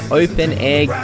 open-air